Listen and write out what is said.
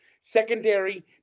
secondary